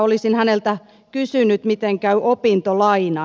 olisin häneltä kysynyt miten käy opintolainan